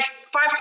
five